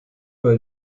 bei